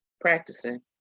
practicing